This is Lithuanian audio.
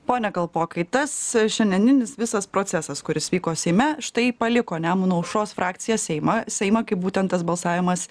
pone kalpokai tas šiandieninis visas procesas kuris vyko seime štai paliko nemuno aušros frakcija seimą seimą kai būtent tas balsavimas